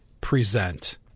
Present